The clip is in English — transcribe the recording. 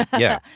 yeah.